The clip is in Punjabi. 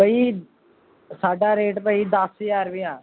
ਬਈ ਸਾਡਾ ਰੇਟ ਤਾਂ ਜੀ ਦਸ ਹਜ਼ਾਰ ਰੁਪਇਆ